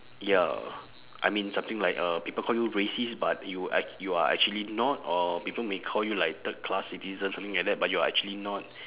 ya I mean something like uh people call you racist but you act~ you are actually not or people may call you like third class citizen something like that but you are actually not